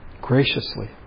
graciously